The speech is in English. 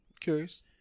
Curious